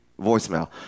voicemail